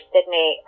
Sydney